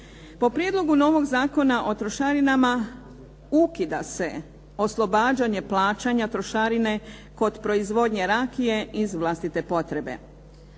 Po prijedlogu novog zakona o trošarinama ukida se oslobađanje plaćanja trošarine kod proizvodnje rakije iz vlastite potrebe.